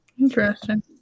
interesting